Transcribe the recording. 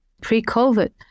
pre-COVID